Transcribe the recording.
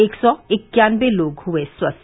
एक सौ इक्यानबे लोग हए स्वस्थ